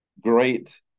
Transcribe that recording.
great